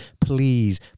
please